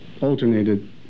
alternated